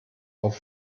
auf